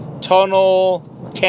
Tunnel